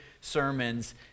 sermons